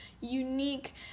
unique